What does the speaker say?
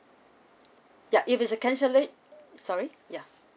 ya if it's a cancella~ sorry ya